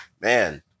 man